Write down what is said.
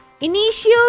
Initial